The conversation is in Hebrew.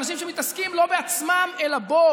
אנשים שמתעסקים לא בעצמם אלא בו,